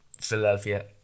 Philadelphia